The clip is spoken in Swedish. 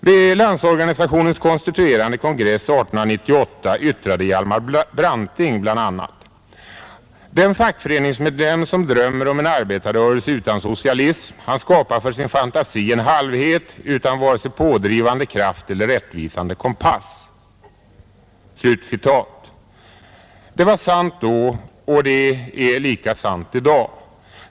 Vid Landsorganisationens konstituerande kongress 1898 yttrade Hjalmar Branting bl.a.: ”Den fackföreningsmedlem som drömmer om en arbetarrörelse utan socialism, han skapar för sin fantasi en halvhet utan vare sig pådrivande kraft eller rättvisande kompass.” Det var sant då och det är lika sant i dag.